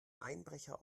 einbrecher